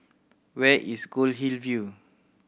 where is Goldhill View